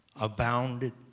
abounded